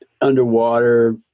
underwater